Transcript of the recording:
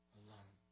alone